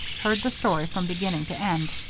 heard the story from beginning to end,